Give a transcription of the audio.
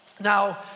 Now